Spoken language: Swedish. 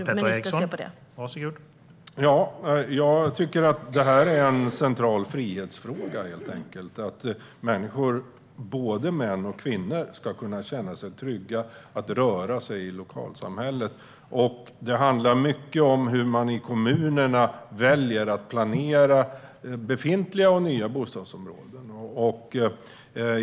Herr talman! Det är helt enkelt en central frihetsfråga. Både män och kvinnor ska kunna känna sig trygga att kunna röra sig i lokalsamhället. Det handlar mycket om hur man i kommunerna väljer att planera befintliga och nya bostadsområden.